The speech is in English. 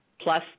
plus